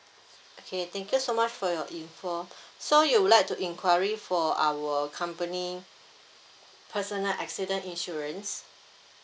okay thank you so much for your info so you would like to enquiry for our company personal accident insurance